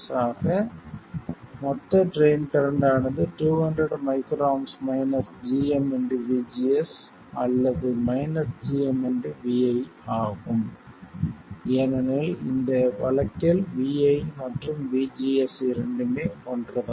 ஆக மொத்த drain current ஆனது 200 µA gm vGS அல்லது gm vi ஆகும் ஏனெனில் இந்த வழக்கில் vi மற்றும் vGS இரண்டுமே ஒன்றுதான்